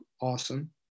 awesome